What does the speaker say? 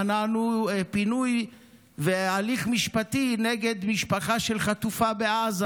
מנענו פינוי והליך משפטי נגד משפחה של חטופה בעזה.